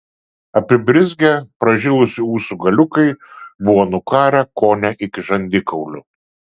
apibrizgę pražilusių ūsų galiukai buvo nukarę kone iki žandikaulių